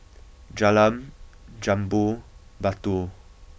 Jalan Jambu Batu